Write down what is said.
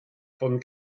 von